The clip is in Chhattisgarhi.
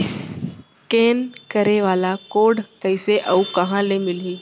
इसकेन करे वाले कोड कइसे अऊ कहाँ ले मिलही?